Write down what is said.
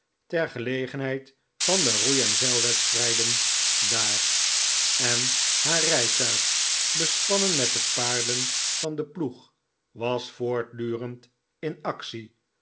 ter gelegenheid van de roei en zeilwedstrijden daar en haar rijtuig bespannen met de paarden van den ploeg was voortdurend in actie